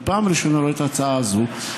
אני פעם ראשונה רואה את ההצעה הזאת,